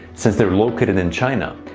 since they're located in china.